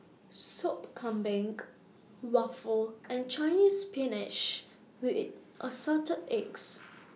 Soup Kambing Waffle and Chinese Spinach with Assorted Eggs